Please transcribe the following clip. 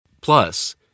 Plus